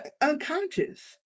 unconscious